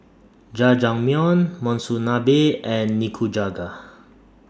Jajangmyeon Monsunabe and Nikujaga